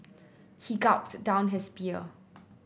he gulped down his beer